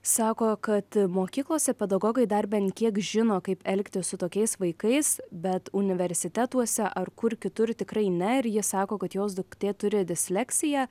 sako kad mokyklose pedagogai dar bent kiek žino kaip elgtis su tokiais vaikais bet universitetuose ar kur kitur tikrai ne ir jie sako kad jos duktė turi disleksiją